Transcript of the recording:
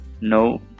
No